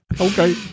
okay